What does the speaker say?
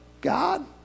God